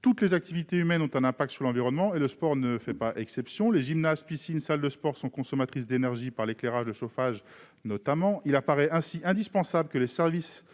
Toutes les activités humaines ont un impact sur l'environnement ; le sport ne fait pas exception. Les gymnases, piscines et salles de sport sont consommatrices d'énergie, notamment par l'éclairage et le chauffage des bâtiments. Il apparaît ainsi indispensable que les services